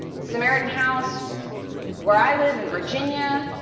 samaritan house where i live in virginia,